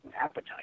appetite